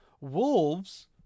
wolves